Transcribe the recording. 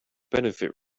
benefit